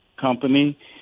company